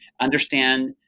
understand